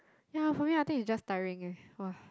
ya for me I think is just tiring eh !wah!